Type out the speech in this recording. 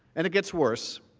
and it gets worse,